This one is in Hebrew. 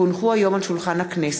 כי הונחו היום על שולחן הכנסת,